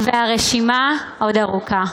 והרשימה עוד ארוכה.